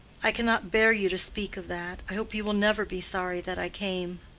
i cannot bear you to speak of that. i hope you will never be sorry that i came.